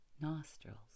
nostrils